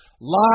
Lie